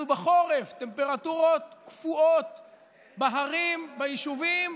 אנחנו בחורף, טמפרטורות קפואות בהרים, ביישובים,